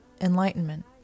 Enlightenment